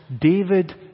David